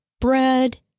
bread